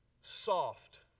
soft